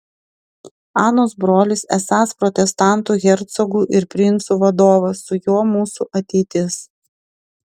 anos brolis esąs protestantų hercogų ir princų vadovas su juo mūsų ateitis